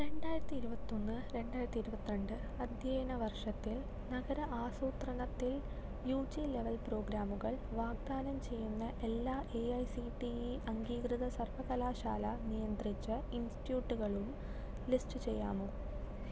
രണ്ടായിരത്തി ഇരുപത്തൊന്ന് രണ്ടായിരത്തി ഇരുപത്തിരണ്ട് അധ്യയനവർഷത്തിൽ നഗര ആസൂത്രണത്തിൽ യു ജി ലെവൽ പ്രോഗ്രാമുകൾ വാഗ്ദാനം ചെയ്യുന്ന എല്ലാ A I C T E അംഗീകൃത സർവകലാശാല നിയന്ത്രിച്ച ഇൻസ്റ്റിറ്റ്യൂട്ടുകളും ലിസ്റ്റ് ചെയ്യാമോ